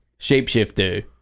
Shapeshifter